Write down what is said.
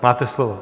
Máte slovo.